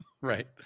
Right